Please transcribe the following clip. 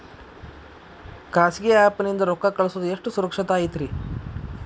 ಖಾಸಗಿ ಆ್ಯಪ್ ನಿಂದ ರೊಕ್ಕ ಕಳ್ಸೋದು ಎಷ್ಟ ಸುರಕ್ಷತಾ ಐತ್ರಿ?